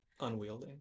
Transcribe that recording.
unwielding